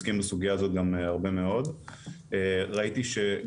ראיתי שגם צבי פה וגם איתי היו פה מרשות החדשנות.